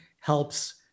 helps